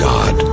God